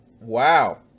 Wow